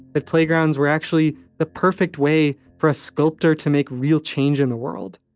that playgrounds were actually the perfect way for a sculptor to make real change in the world.